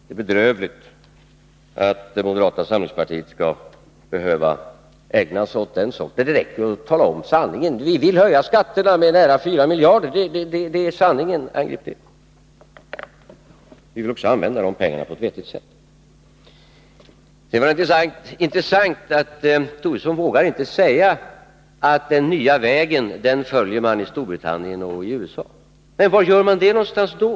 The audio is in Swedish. Det är bedrövligt att moderata samlingspartiet skall behöva ägna sig åt den sortens argumentation. Det räcker att tala om sanningen: Vi vill höja skatterna med nära 4 miljarder. Det är sanningen — angrip den! Vi vill också använda dessa pengar på ett vettigt sätt. Det är intressant att Lars Tobisson inte vågar säga att ”den nya vägen” är den som man följer i Storbritannien och i USA. Men var gör man det någonstans då?